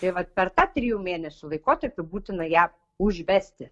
tai vat per tą trijų mėnesių laikotarpį būtina ją užvesti